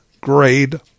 grade